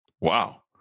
Wow